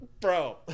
Bro